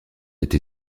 été